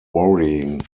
worrying